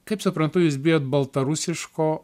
kaip suprantu jūs bijot baltarusiško